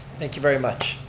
thank you very much.